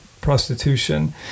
prostitution